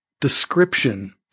description